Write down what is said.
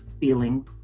feelings